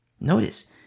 Notice